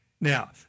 Now